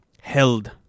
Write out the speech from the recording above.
held